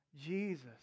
Jesus